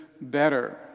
better